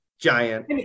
giant